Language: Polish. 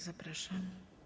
Zapraszam.